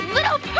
Little